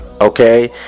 okay